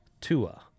Tua